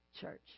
church